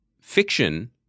fiction